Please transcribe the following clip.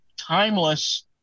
timeless